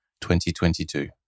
2022